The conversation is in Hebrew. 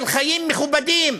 של חיים מכובדים.